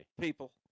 People